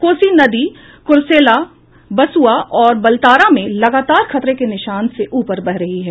कोसी नदी कुर्सेला बसुआ और बलतारा में लगातार खतरे के निशान से ऊपर बह रही है